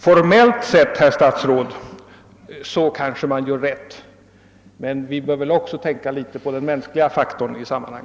Formellt sett gör man kanske rätt, herr statsråd, men vi bör väl också tänka litet på de människor som blir berörda i detta fall.